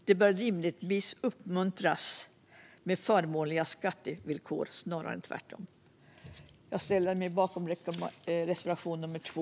Detta bör rimligtvis uppmuntras med förmånliga skattevillkor snarare än tvärtom. Jag yrkar bifall till reservation 2.